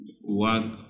work